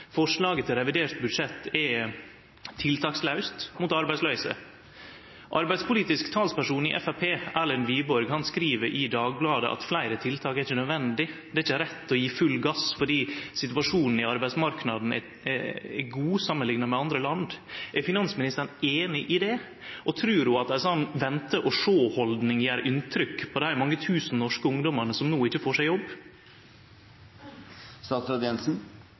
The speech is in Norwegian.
Forslaget til revidert budsjett er tiltakslaust mot arbeidsløyse. Arbeidspolitisk talsperson i Framstegspartiet, Erlend Wiborg, skriv i Dagbladet at fleire tiltak ikkje er nødvendige – det er ikkje rett å gi full gass fordi situasjonen i arbeidsmarknaden er god, samanlikna med andre land. Er finansministeren einig i det? Og trur ho at ei slik vente og sjå-haldning gjer inntrykk på dei mange tusen norske ungdommane som no ikkje får seg jobb?